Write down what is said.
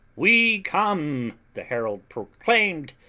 we come, the herald proclaimed,